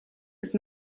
ist